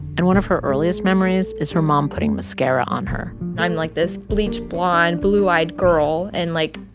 and one of her earliest memories is her mom putting mascara on her i'm, like, this bleached blonde, blue-eyed girl and, like,